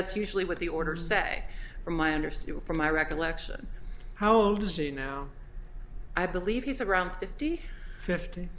that's usually what the orders say from i understood from my recollection how old is he now i believe he's around fifty fifty